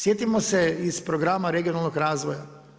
Sjetimo se iz programa regionalnog razvoja.